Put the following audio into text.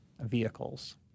vehicles